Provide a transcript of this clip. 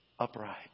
Upright